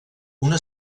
una